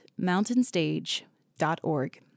mountainstage.org